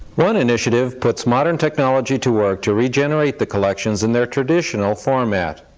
one initiative puts modern technology to work to regenerate the collections in their traditional format.